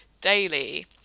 daily